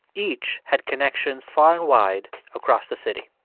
each had connections far and wide across the city